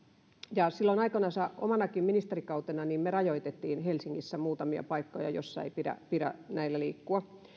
ja silloin aikoinansa omanakin ministerikautenani me rajoitimme helsingissä muutamia paikkoja joissa ei pidä pidä näillä liikkua